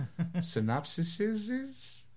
Synopsises